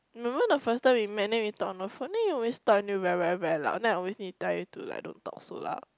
remember the first time we met then we talk on the phone then you always talk until very very very loud then I always need to tell you to like don't talk so loud